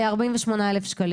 48,000 שקל